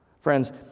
Friends